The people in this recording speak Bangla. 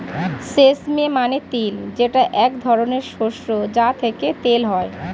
সেসমে মানে তিল যেটা এক ধরনের শস্য যা থেকে তেল হয়